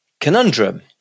conundrum